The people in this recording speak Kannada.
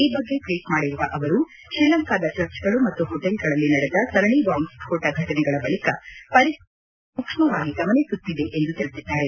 ಈ ಬಗ್ಗೆ ಟ್ವೀಟ್ ಮಾಡಿರುವ ಅವರು ಶ್ರೀಲಂಕಾದ ಚರ್ಚ್ಗಳು ಮತ್ತು ಹೋಟೆಲ್ಗಳಲ್ಲಿ ನಡೆದ ಸರಣಿ ಬಾಂಬ್ ಸ್ಕೋಟ ಘಟನೆಗಳ ಬಳಕ ಪರಿಸ್ಥಿತಿಯನ್ನು ನವದೆಹಲಿ ಸೂಕ್ಷವಾಗಿ ಗಮನಿಸುತ್ತಿದೆ ಎಂದು ಅವರು ತಿಳಿಸಿದ್ದಾರೆ